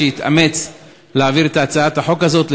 שהתאמץ להעביר את הצעת החוק הזאת,